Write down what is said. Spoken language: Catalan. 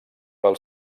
pel